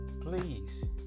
please